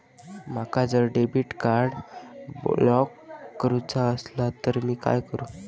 माका जर debit card block करूचा असला तर मी काय करू?